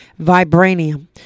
vibranium